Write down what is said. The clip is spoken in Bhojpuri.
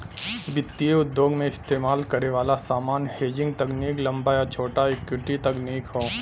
वित्तीय उद्योग में इस्तेमाल करे वाला सामान्य हेजिंग तकनीक लंबा या छोटा इक्विटी तकनीक हौ